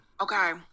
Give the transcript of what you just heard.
Okay